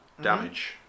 damage